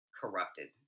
corrupted